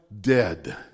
dead